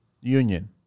Union